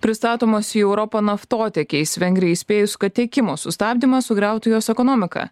pristatomos į europą naftotiekiais vengrijai įspėjus kad tiekimo sustabdymas sugriautų jos ekonomiką